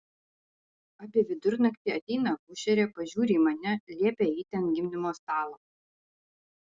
apie vidurnaktį ateina akušerė pažiūri į mane liepia eiti ant gimdymo stalo